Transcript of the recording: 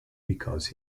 because